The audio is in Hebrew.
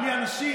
בלי אנשים,